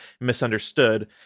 misunderstood